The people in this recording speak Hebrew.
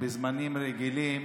בזמנים רגילים,